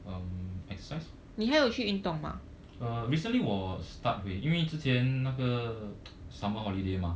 um exercise uh recently 我 start 回因为之前那个 summer holiday mah